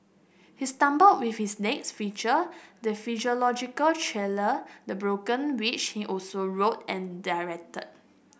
he stumbled with his next feature the thriller The Broken which he also wrote and directed